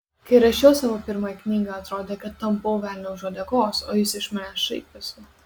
kai rašiau savo pirmąją knygą atrodė kad tampau velnią už uodegos o jis iš manęs šaiposi